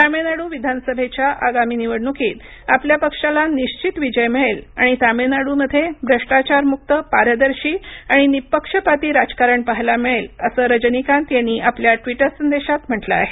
तामिळनाडू विधानसभेच्या आगामी निवडणुकीत आपल्या पक्षाला निश्वित विजय मिळेल आणि तामिळनाडूमध्ये भ्रष्टाचारमुक्त पारदर्शी आणि निपक्षपाती राजकारण पाहायला मिळेल असं रजनीकांत यांनी आपल्या ट्वीटर संदेशात म्हटलं आहे